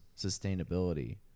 sustainability